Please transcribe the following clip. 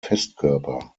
festkörper